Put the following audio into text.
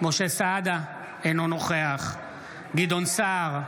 אינו נוכח גדעון סער,